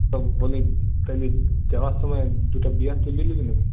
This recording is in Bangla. তা বলি তাহলে যাওয়ার সময় দুটো বিয়ার তুলে নিবি নাকি